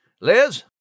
Liz